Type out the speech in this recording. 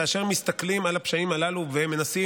כאשר מסתכלים על הפשעים הללו ומנסים